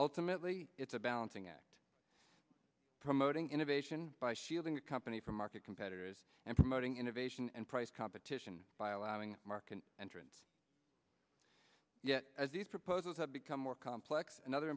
ultimately it's a balancing act promoting innovation by shielding the company from market competitors and promoting innovation and price competition by allowing market entrants yet as these proposals have become more complex another